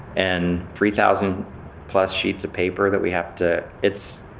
and three thousand plus sheets of paper that we have to, it's,